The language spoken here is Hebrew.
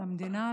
למדינה,